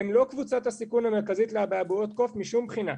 הם לא קבוצת הסיכון המרכזית לאבעבועות קוף משום בחינה.